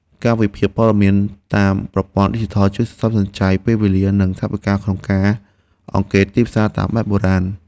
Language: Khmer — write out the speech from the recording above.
ការវិភាគព័ត៌មានតាមប្រព័ន្ធឌីជីថលជួយសន្សំសំចៃពេលវេលា និងថវិកាក្នុងការធ្វើអង្កេតទីផ្សារតាមបែបបុរាណ។